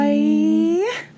Bye